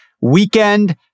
weekend